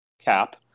cap